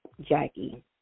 Jackie